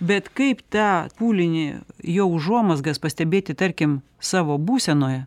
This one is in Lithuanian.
bet kaip tą pūlinį jo užuomazgas pastebėti tarkim savo būsenoje